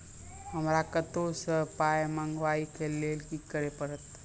हमरा कतौ सअ पाय मंगावै कऽ लेल की करे पड़त?